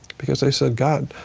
because i said, god,